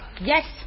Yes